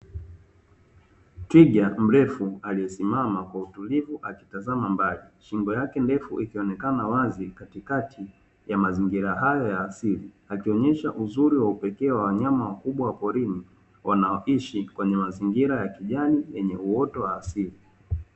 Twiga mrefu aliyesimama kwa utulivu akitazama mbali shingo yake ndefu ikionekana wazi katikati ya mazingira hayo ya asili akionyesha uzuri wa upekee wa wanyama wakubwa wa porini wanaoishi kwenye mazingira ya kijani yenye uoto wa asili.